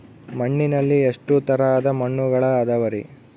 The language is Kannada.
ಮಣ್ಣಿನಲ್ಲಿ ಎಷ್ಟು ತರದ ಮಣ್ಣುಗಳ ಅದವರಿ?